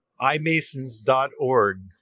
imasons.org